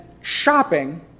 shopping